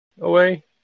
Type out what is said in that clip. away